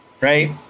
right